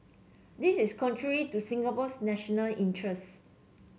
this is contrary to Singapore's national interests